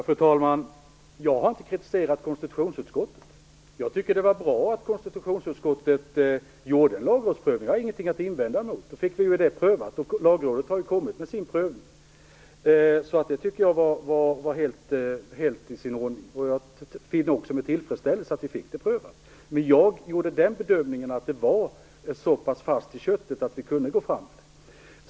Fru talman! Jag har inte kritiserat konstitutionsutskottet. Jag tycker att det var bra att konstitutionsutskottet begärde en lagrådsprövning. Jag har ingenting att invända mot det. Då fick vi ju frågan prövad, och Lagrådet har kommit med sin prövning. Så det tycker jag var helt i sin ordning. Jag ser också med tillfredsställelse att vi fick frågan prövad. Men jag gjorde bedömningen att förslaget var så pass fast i köttet att vi kunde lägga fram det.